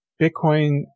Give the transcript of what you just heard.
Bitcoin